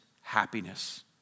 happiness